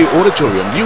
Auditorium